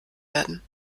werden